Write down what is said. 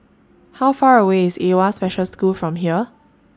How Far away IS AWWA Special School from here